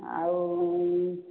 ଆଉ